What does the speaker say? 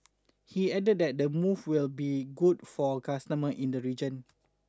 he added that the move will be good for customer in the region